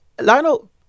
Lionel